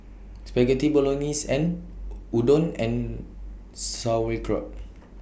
Spaghetti Bolognese and Udon and Sauerkraut